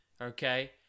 okay